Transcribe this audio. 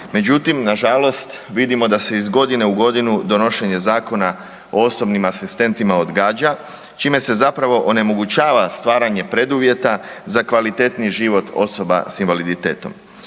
Međutim, nažalost vidimo da se iz godine u godine donošenje Zakona o osobnim asistentima odgađa čime se zapravo onemogućava stvaranje preduvjeta za kvalitetniji život osoba s invaliditetom.